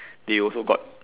they also got